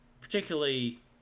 particularly